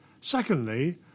Secondly